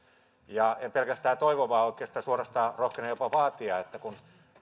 en pelkästään toivo vaan oikeastaan suorastaan rohkenen jopa vaatia että kun